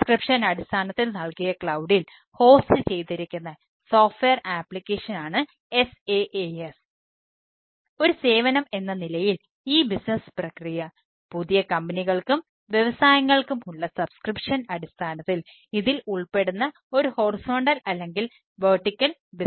പ്രക്രിയയാണ്